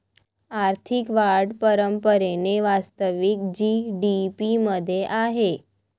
आर्थिक वाढ परंपरेने वास्तविक जी.डी.पी मध्ये आहे